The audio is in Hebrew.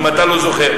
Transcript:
אם אתה לא זוכר,